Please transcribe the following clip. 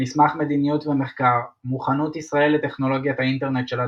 מסמך מדיניות ומחקר מוכנות ישראל לטכנולוגיית "האינטרנט של הדברים"